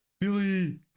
Billy